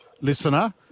listener